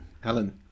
Helen